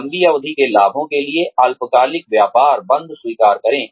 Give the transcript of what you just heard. लंबी अवधि के लाभों के लिए अल्पकालिक व्यापार बंद स्वीकार करें